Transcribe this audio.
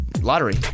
Lottery